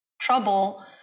trouble